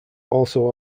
also